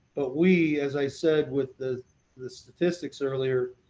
but we, as i said with the the statistics earlier,